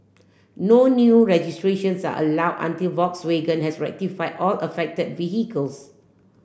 no new registrations allow until Volkswagen has rectify all affected vehicles